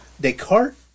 Descartes